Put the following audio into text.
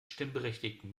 stimmberechtigten